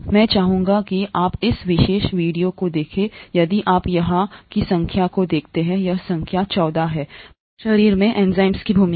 मैं चाहूंगा कि आप इस विशेष वीडियो को देखें यदि आप यहां की संख्या को देखते हैं यह संख्या 14 है मानव शरीर में एंजाइमों की भूमिका